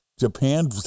Japan